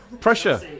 pressure